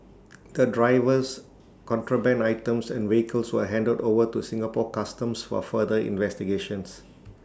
the drivers contraband items and vehicles were handed over to Singapore Customs for further investigations